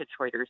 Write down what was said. Detroiters